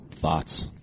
thoughts